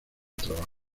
trabajo